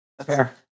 fair